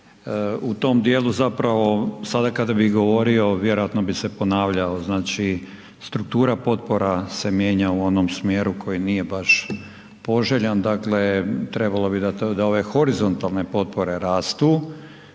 u tom djelu zapravo sada kada bi govorio, vjerovatno bi se ponavljao, znači struktura potpora se mijenja u onom smjeru koji nije baš poželjan, dakle trebalo bi da ove horizontalne potpore rastu,